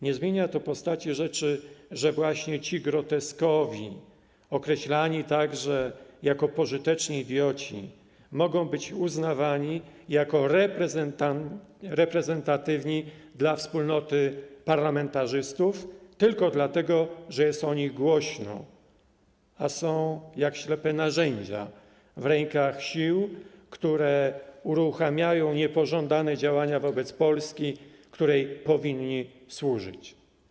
Nie zmienia to postaci rzeczy, że właśnie ci groteskowi, określani także jako pożyteczni idioci, mogą być uznawani jako reprezentatywni dla wspólnoty parlamentarzystów, tylko dlatego że jest o nich głośno, a są jak ślepe narzędzie w rękach sił, które uruchamiają niepożądane działania wobec Polski, której powinni służyć.